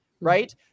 Right